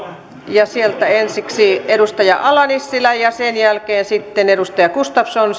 sieltä ensiksi edustaja ala nissilä ja sen jälkeen sitten edustaja gustafsson